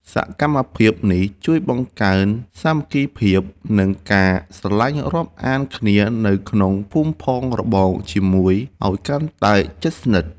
សកម្មភាពនេះជួយបង្កើនសាមគ្គីភាព និងការស្រឡាញ់រាប់អានគ្នានៅក្នុងភូមិផងរបងជាមួយឱ្យកាន់តែជិតស្និទ្ធ។